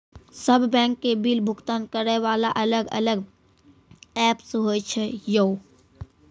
सब बैंक के बिल भुगतान करे वाला अलग अलग ऐप्स होय छै यो?